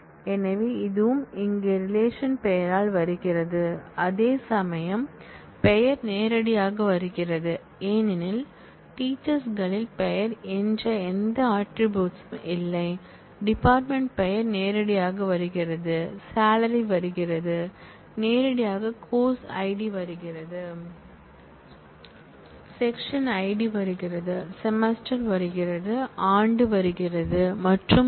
எனவே இதுவும் இங்கே ரிலேஷன் பெயரால் வருகிறது அதேசமயம் பெயர் நேரடியாக வருகிறது ஏனெனில் டீச்சர்ஸ் களில் பெயர் என்று எந்த ஆட்ரிபூட்ஸ் ம் இல்லை டிபார்ட்மென்ட் பெயர் நேரடியாக வருகிறது சாலரி வருகிறது நேரடியாக கோர்ஸ் ஐடி வருகிறது செக்சன் ஐடி வருகிறது செமஸ்டர் வருகிறது ஆண்டு வருகிறது மற்றும் பல